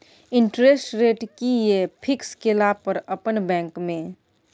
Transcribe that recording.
Interest rate कि ये fix केला पर अपन बैंक में?